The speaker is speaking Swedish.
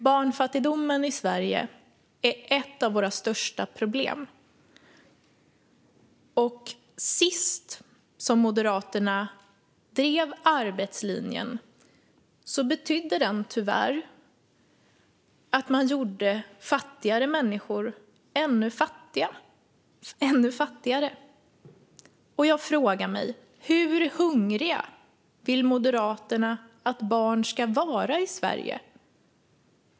Barnfattigdomen i Sverige är ett av våra största problem. Senast Moderaterna drev arbetslinjen betydde den tyvärr att man gjorde fattiga människor ännu fattigare. Jag frågar mig: Hur hungriga vill Moderaterna att barn ska vara i Sverige?